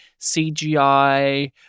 cgi